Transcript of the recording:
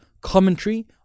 commentary